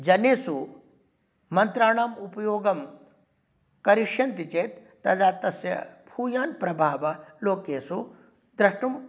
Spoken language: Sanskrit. जनेषु मन्त्राणाम् उपयोगं करिष्यन्ति चेत् तदा तस्य भूयान् प्रभावः लोकेषु द्रष्टुं